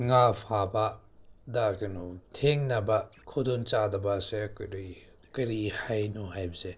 ꯉꯥ ꯐꯥꯕꯗ ꯀꯩꯅꯣ ꯊꯦꯡꯅꯕ ꯈꯨꯗꯣꯡꯆꯥꯗꯕ ꯑꯁꯦ ꯀꯔꯤ ꯀꯔꯤ ꯍꯥꯏꯅꯣ ꯍꯥꯏꯕꯁꯦ